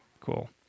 Cool